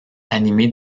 animé